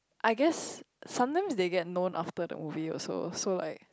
I guess sometimes they gain known after the movie also so like